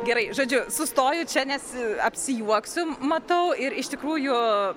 gerai žodžiu sustoju čia nes apsijuoksiu matau ir iš tikrųjų